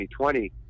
2020